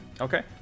Okay